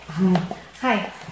Hi